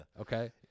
Okay